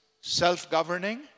self-governing